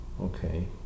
Okay